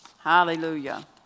Hallelujah